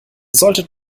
solltet